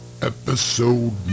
episode